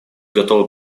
готова